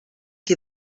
qui